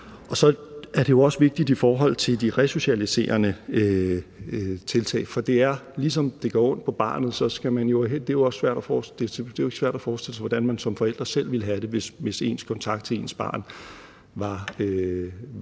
Så er det jo også vigtigt i forhold til de resocialiserende tiltag, for ligesom det gør ondt på barnet, så er det jo heller ikke svært at forestille sig, hvordan man som forælder selv ville have det, hvis ens kontakt til ens barn var en